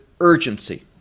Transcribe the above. urgency